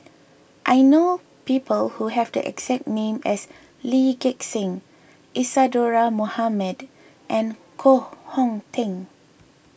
I know people who have the exact name as Lee Gek Seng Isadhora Mohamed and Koh Hong Teng